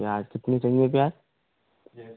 प्याज़ कितने चाहिए प्याज़